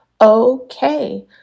okay